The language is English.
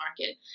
market